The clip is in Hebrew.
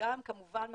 וגם כמובן התעשייה,